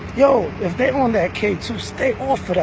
yo, if they on that k two, stay off but